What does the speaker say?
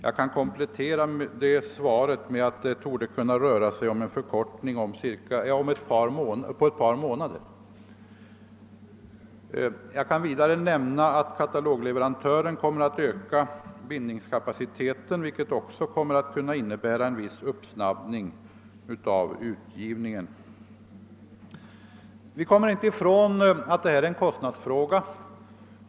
Jag kan komplettera den upplysningen med att det kan röra sig om en förkortning på ett par månader. Katalogleverantören kommer vidare att öka bindningskapaciteten, vilket kommer att medföra en viss uppsnabbning av utgivningen. Vi kommer inte ifrån att det i övrigt är en kostnadsfråga.